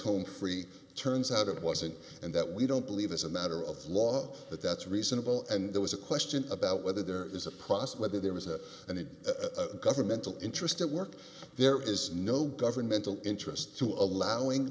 home free turns out it wasn't and that we don't believe as a matter a flaw but that's reasonable and there was a question about whether there is a process whether there is a need a governmental interest at work there is no governmental interest to allowing